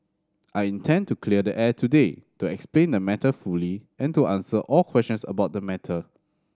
I intend to clear the air today to explain the matter fully and to answer all questions about the matter